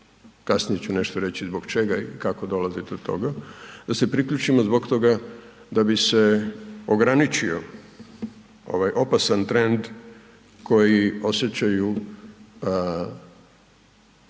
kasnije ću nešto reći zbog čega i kako dolazi do toga, da se priključimo zbog toga da bi se ograničio ovaj opasan trend koji osjećaju ljudi